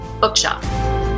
Bookshop